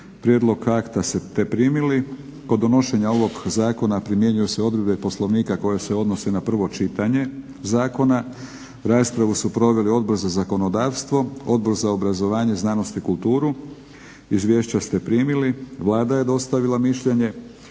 Prijedlog akta ste primili. Kod donošenja ovog zakona primjenjuju se odredbe Poslovnika koje se odnose na prvo čitanje zakona. Raspravu su proveli Odbor za zakonodavstvo, Odbor za obrazovanje, znanost i kulturu. Izvješća ste primili. Vlada je dostavila mišljenje.